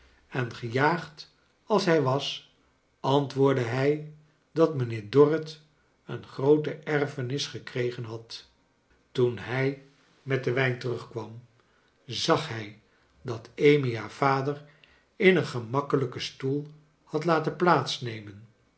en gejaagd als hij was antwoordde hij dat mijnheer dorrit een groote erfenis gekregen had toen hij met den wijn terugkwam zag hij dat amy haar vader in een gemakkelijken stoel had laten